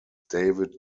david